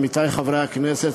עמיתי חברי הכנסת,